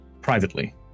privately